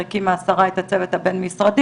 הקימה השרה את הצוות הבין-משרדי,